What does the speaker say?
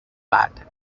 bat